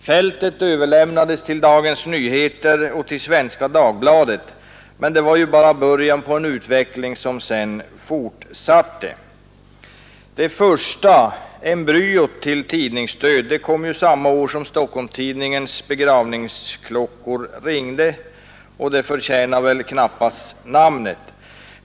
Fältet överlämnades till Dagens Nyheter och Svenska Dagbladet, men det var ju bara början till en utveckling som sedan har fortsatt. Det första embryot till tidningsstöd kom samma år som Stockholms Tidningens begravningsklockor ringde, och det förtjänade väl knappast namnet.